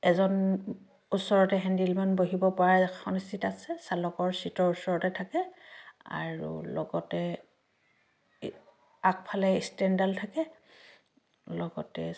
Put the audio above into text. এজন ওচৰতে হেণ্ডিলমেন বহিব পৰা এখন চিট আছে চালকৰ চিটৰ ওচৰতে থাকে আৰু লগতে আগফালে ষ্টেনডাল থাকে লগতে